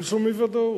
אין שום אי-ודאות.